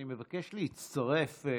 אני מבקש להצטרף.